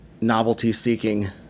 novelty-seeking